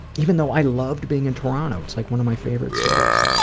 even though i loved being in toronto. it's, like, one of my favorite cities.